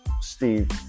Steve